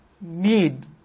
need